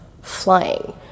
flying